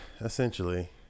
essentially